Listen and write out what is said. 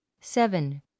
seven